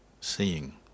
seeing